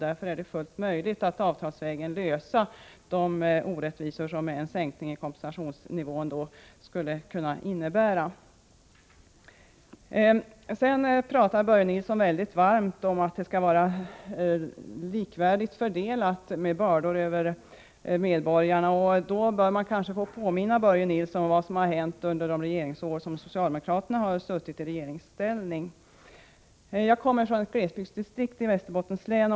Därför är det fullt möjligt att avtalsvägen undanröja de orättvisor som en sänkning av kompensationsnivån skulle kunna innebära. Sedan talar Börje Nilsson mycket varmt om att bördorna skall vara lika fördelade mellan medborgarna. Då får man kanske påminna Börje Nilsson om vad som har hänt under de år som socialdemokraterna har varit i regeringsställning. Jag kommer från ett glesbygdsdistrikt i Västerbottens län.